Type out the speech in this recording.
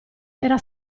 era